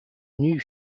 new